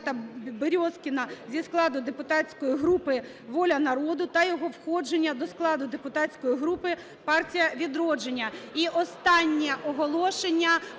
Березкіна зі складу депутатської групи "Воля народу" та його входження до складу депутатської групи "Партія "Відродження".